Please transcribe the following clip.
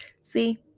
See